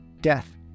death